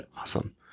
Awesome